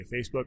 Facebook